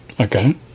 Okay